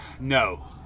no